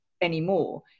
anymore